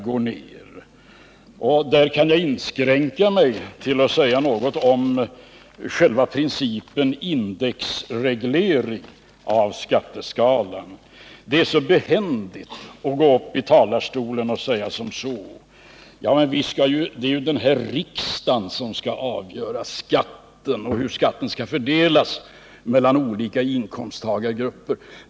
Där kan jag inskränka mig till att beröra själva principen om indexreglering av skatteskalan. Det är så behändigt att gå upp i talarstolen och säga: Det är riksdagen som skall avgöra hur skatten skall fördelas mellan olika inkomsttagargrupper.